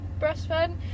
breastfed